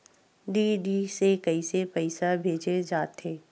DD से कइसे पईसा भेजे जाथे?